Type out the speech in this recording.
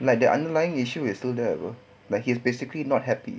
like the underlying issue is still there apa like he's basically not happy